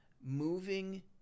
moving